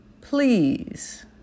Please